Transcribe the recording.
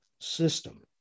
system